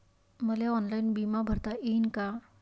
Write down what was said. मले ऑनलाईन बिमा भरता येईन का?